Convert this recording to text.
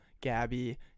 Gabby